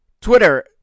Twitter